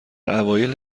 اوایل